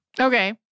Okay